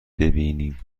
ببینیم